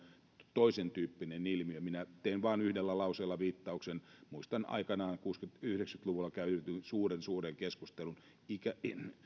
toisentyyppinen ilmiö minä teen vain yhdellä lauseella viittauksen muistan aikanaan yhdeksänkymmentä luvulla käydyn suuren suuren keskustelun